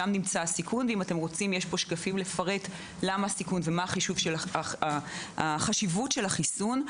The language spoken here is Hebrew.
יש כאן שקפים שיכולים לפרט מה החשיבות של החיסון.